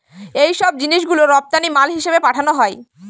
এইসব জিনিস গুলো রপ্তানি মাল হিসেবে পাঠানো হয়